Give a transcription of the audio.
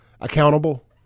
accountable